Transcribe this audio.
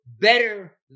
better